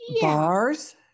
bars